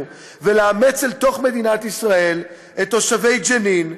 ולאמץ אל תוך מדינת ישראל את תושבי ג'נין,